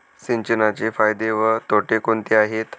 सिंचनाचे फायदे व तोटे कोणते आहेत?